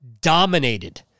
dominated